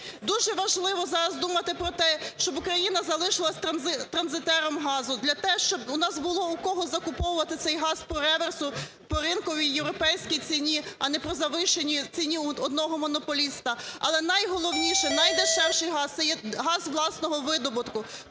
Дуже важливо зараз думати про те, щоб Україна залишилася транзитером газу, для того, щоб у нас було у кого закуповувати цей газ по реверсу по ринковій європейській ціні, а не по завищеній ціні у одного монополіста. Але найголовніше, найдешевший газ це є газ власного видобутку,